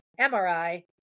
MRI